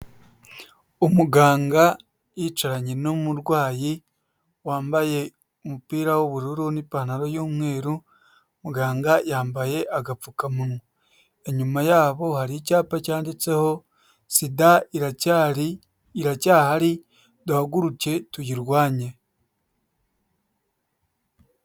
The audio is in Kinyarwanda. Umuganga yicaranye n'umurwayi wambaye umupira w'ubururu n'ipantaro y'umweru muganga yambaye agapfukamunwa. Inyuma ya bo hari icyapa cyanditseho sida iracyari iracyahari duhaguruke tuyirwanye.